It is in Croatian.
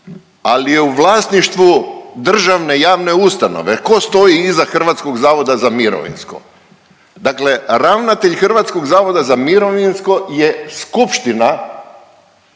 ali je u vlasništvu državne javne ustanove. Tko stoji iza Hrvatskog zavoda za mirovinsko? Dakle ravnatelj Hrvatskog zavoda za mirovinsko je skupština